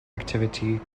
activity